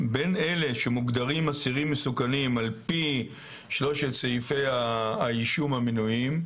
בין אלה שמוגדרים אסירים מסוכנים על פי שלושת סעיפי האישום המנויים,